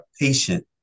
patient